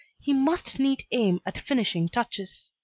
he must needs aim at finishing touches.